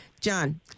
John